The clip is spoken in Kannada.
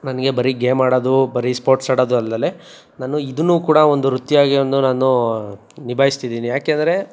ನನಗೆ ಬರೀ ಗೇಮ್ ಆಡೋದು ಬರೀ ಸ್ಪೋರ್ಟ್ಸ್ ಆಡೋದು ಅಲ್ದಲೇ ನಾನು ಇದನ್ನು ಕೂಡ ಒಂದು ವೃತ್ತಿಯಾಗಿ ಒಂದು ನಾನು ನಿಭಾಯಿಸ್ತಿದೀನಿ ಯಾಕೆ ಅಂದರೆ